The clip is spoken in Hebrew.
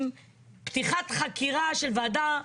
עם פתיחת חקירה של ועדה,